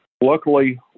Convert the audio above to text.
luckily